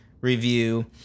review